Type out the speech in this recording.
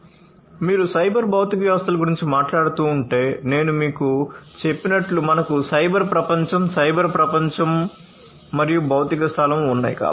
కాబట్టి మీరు సైబర్ భౌతిక వ్యవస్థల గురించి మాట్లాడుతుంటే నేను మీకు చెప్పినట్లు మనకు సైబర్ ప్రపంచం సైబర్ ప్రపంచం మరియు భౌతిక స్థలం ఉన్నాయి